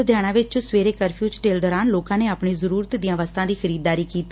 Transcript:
ਲੁਧਿਆਣਾ ਵਿਚ ਸਵੇਰੇ ਕਰਫਿਊ ਚ ਢਿੱਲ ਦੌਰਾਨ ਲੋਕਾਂ ਨੇ ਆਪਣੀ ਜ਼ਰੂਰਤ ਦੀਆਂ ਵਸਤਾਂ ਦੀ ਖਰੀਦਦਾਰੀ ਕੀਤੀ